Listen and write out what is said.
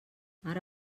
ara